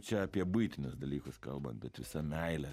čia apie buitinius dalykus kalbant bet visa meilė